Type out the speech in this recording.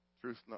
Truth